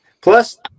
Plus